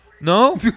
No